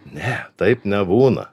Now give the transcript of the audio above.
ne taip nebūna